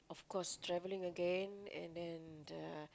of course travelling again and then the